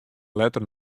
letter